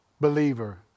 believer